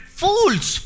fools